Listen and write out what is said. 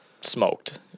smoked